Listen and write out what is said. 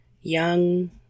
young